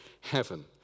heaven